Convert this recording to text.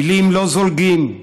טילים לא זולגים,